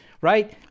right